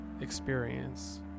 experience